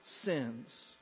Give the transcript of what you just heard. sins